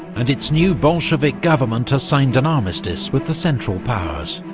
and its new bolshevik government has signed an armistice with the central powers.